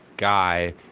Guy